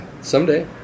Someday